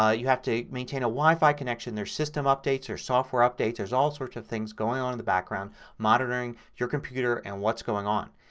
ah you have to maintain a wifi connection. there's system updates. there's software updates. there's all sorts of things going on in the background monitoring your computer and what's going on.